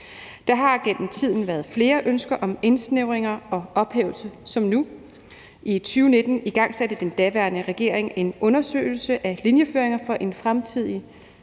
Der har gennem tiden, som nu, været flere ønsker om indsnævringer og ophævelse. I 2019 igangsatte den daværende regering en undersøgelse af linjeføringer for en fremtidig